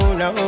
no